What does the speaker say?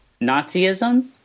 Nazism